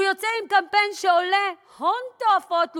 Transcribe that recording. הוא יוצא עם קמפיין שעולה הון תועפות.